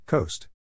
Coast